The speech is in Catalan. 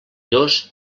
dos